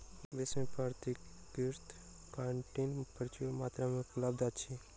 विश्व में प्राकृतिक काइटिन प्रचुर मात्रा में उपलब्ध अछि